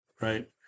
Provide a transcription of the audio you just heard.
right